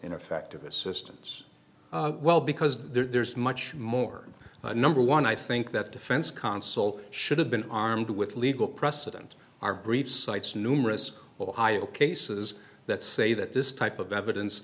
ineffective assistance well because there's much more number one i think that defense console should have been armed with legal precedent our brief cites numerous ohio cases that say that this type of evidence